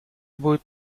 будет